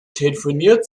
telefoniert